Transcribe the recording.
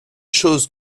chose